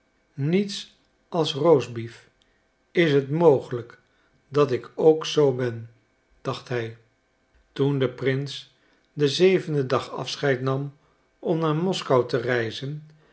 niets als roastbeef is het mogelijk dat ik ook zoo ben dacht hij toen de prins den zevenden dag afscheid nam om naar moskou te reizen